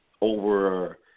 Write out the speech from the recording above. over